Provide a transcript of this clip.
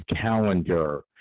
calendar